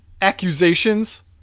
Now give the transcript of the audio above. Accusations